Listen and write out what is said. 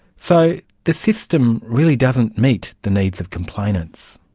so the system really doesn't meet the needs of complainants.